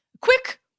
quick